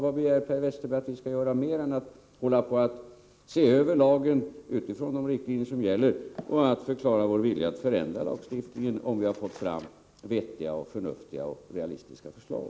Vad begär Per Westerberg att vi skall göra mer än att se över lagen utifrån de riktlinjer som gäller och förklara vår vilja att förändra lagstiftningen om vi får fram vettiga, förnuftiga och realistiska förslag?